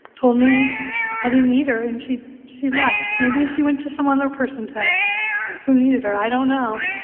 told me i didn't need her, and she she left. maybe she went to someone other person's head who needed her. i don't know